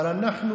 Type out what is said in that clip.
אבל אנחנו